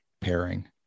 pairing